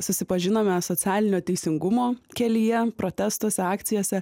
susipažinome socialinio teisingumo kelyje protesto akcijose